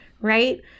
right